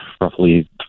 roughly